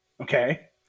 Okay